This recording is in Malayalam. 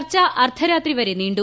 ചർച്ച അർദ്ധരാത്രിവരെ നീണ്ടു